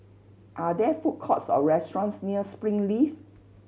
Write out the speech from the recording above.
are there food courts or restaurants near Springleaf